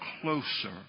closer